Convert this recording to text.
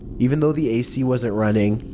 even though the a c wasn't running.